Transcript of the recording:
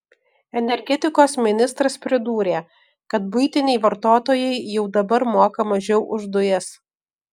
energetikos ministras pridūrė kad buitiniai vartotojai jau dabar moka mažiau už dujas